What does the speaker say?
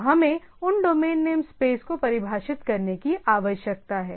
तो हमें उन डोमेन नेम स्पेस को परिभाषित करने की आवश्यकता है